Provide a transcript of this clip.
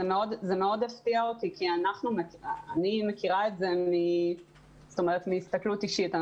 זה מאוד מפתיע אותי כי אני מכירה את זה מהסתכלות אישית.